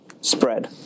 spread